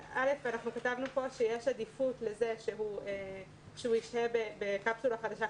כתבנו פה שיש עדיפות לכך שהוא ישהה בקפסולה חדשה.